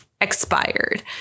expired